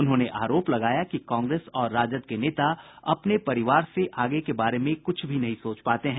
उन्होंने आरोप लगाया कि कांग्रेस और राजद के नेता अपने परिवार से आगे के बारे में कुछ भी नहीं सोच पाते हैं